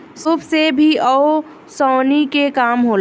सूप से भी ओसौनी के काम होला